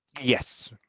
yes